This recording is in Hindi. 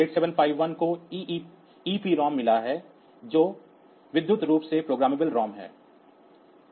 8751 को EPROM मिला है जो विद्युत रूप से प्रोग्रामेबल ROM है